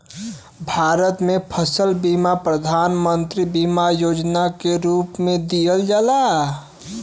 भारत में फसल बीमा प्रधान मंत्री बीमा योजना के रूप में दिहल जाला